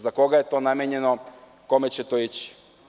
Za koga je to namenjeno i kome će to ići?